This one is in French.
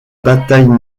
bataille